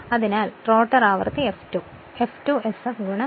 അതിനാൽ എന്നാൽ റോട്ടർ ആവൃത്തി F2 ആയി മാറും F2 sf L ആയിരിക്കും